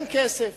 אין כסף.